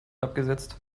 abgesetzt